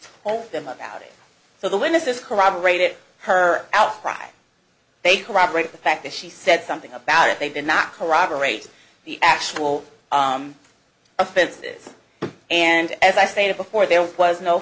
told them about it so the witnesses corroborated her outcry they corroborate the fact that she said something about it they've been not corroborate the actual offenses and as i stated before there was no